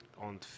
on